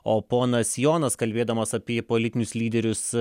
o ponas jonas kalbėdamas apie politinius lyderius